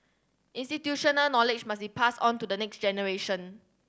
institutional knowledge must it passed on to the next generation